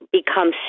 become